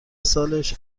سالش